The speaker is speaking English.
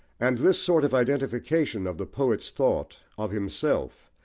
and this sort of identification of the poet's thought, of himself,